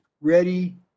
ready